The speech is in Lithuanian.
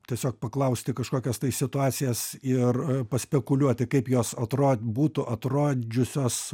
tiesiog paklausti kažkokias tai situacijas ir paspekuliuoti kaip jos atro būtų atrodžiusios